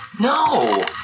No